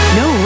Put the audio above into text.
no